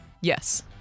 Yes